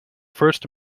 first